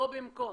לא במקום.